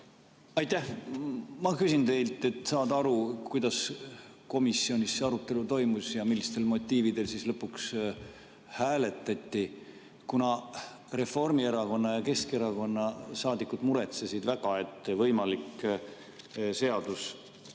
Aitäh! Ma küsin teilt, et saada aru, kuidas komisjonis see arutelu toimus ja millistel motiividel siis lõpuks hääletati. Kuna Reformierakonna ja Keskerakonna saadikud muretsesid väga, et võimalik seadus